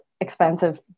expensive